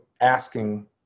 asking